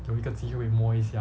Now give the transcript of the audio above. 有一个机会摸一下